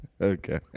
Okay